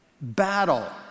battle